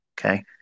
okay